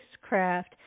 spacecraft